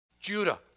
Judah